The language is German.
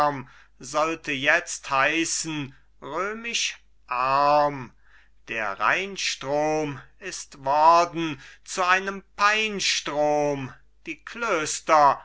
sollte jetzt heißen römisch arm der rheinstrom ist worden zu einem peinstrom die klöster